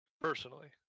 Personally